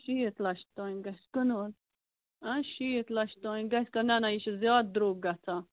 شیٖتھ لَچھ تانۍ گژھِ کنال اَ شیٖتھ لَچھ تانۍ گژھِ نَہ نَہ یہِ چھُ زیادٕ درٛوگ گژھان